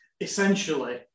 essentially